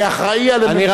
כאחראי למבנים,